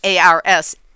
ARS